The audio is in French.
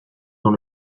dans